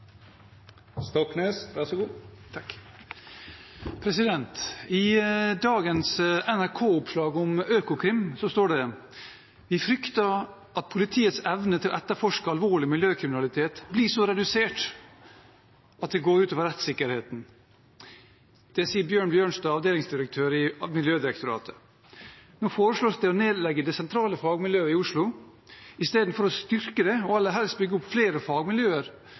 frykter at politiets evne til å etterforske alvorlig miljøkriminalitet blir så redusert at det går utover rettssikkerheten, sier Bjørn Bjørnstad, avdelingsdirektør i Miljødirektoratet.» Nå foreslås det å nedlegge det sentrale fagmiljøet i Oslo istedenfor å styrke det og aller helst bygge opp flere fagmiljøer